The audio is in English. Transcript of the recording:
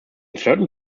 certain